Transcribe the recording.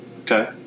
Okay